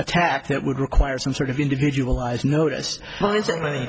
attack that would require some sort of individualized notice